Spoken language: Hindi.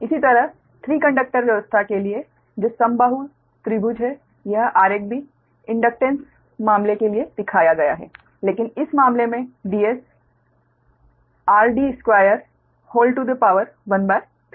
इसी तरह 3 कंडक्टर व्यवस्था के लिए जो समबाहु त्रिभुज है यह आरेख भी इंडक्टेंस मामलों के लिए दिखाया गया है लेकिन इस मामले में Ds 13 होगा